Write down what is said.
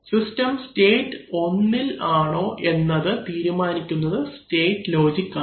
system state 1ഇൽ ആണോ എന്നത് തീരുമാനിക്കുന്നത് സ്റ്റേറ്റ് ലോജിക് ആണ്